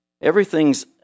Everything's